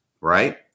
right